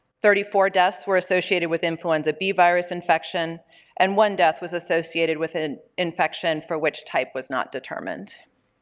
thirty four deaths were associated with influenza b virus infection and one death was associated with an infection for which type was not determined.